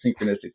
synchronistic